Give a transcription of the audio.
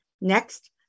Next